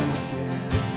again